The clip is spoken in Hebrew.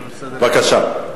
בבקשה.